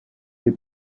des